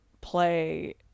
play